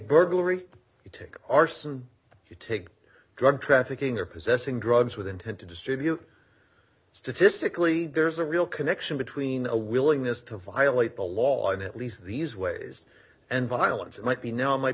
burglary you take arson you take drug trafficking or possessing drugs with intent to distribute statistically there's a real connection between a willingness to violate the law and it leads these ways and violence might be now might